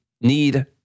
need